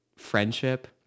friendship